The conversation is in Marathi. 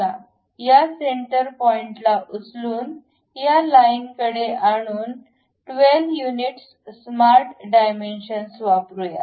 चला या सेंटर पॉइंट ला उचलून या लाईन कडे आणून 12 युनिट्स स्मार्ट डायमेन्शन्स वापरुया